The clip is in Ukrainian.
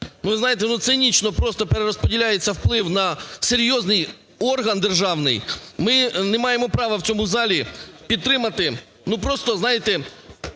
ви знаєте, ну, цинічно просто перерозподіляється вплив на серйозний орган державний, ми не маємо права в цьому залі підтримати,